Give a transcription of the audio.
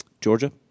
Georgia